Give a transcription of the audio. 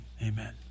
amen